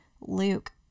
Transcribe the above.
luke